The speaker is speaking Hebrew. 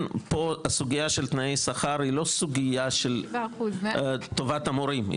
הסוגיה של תנאי שכר היא לא סוגיה של טובת המורים.